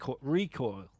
recoil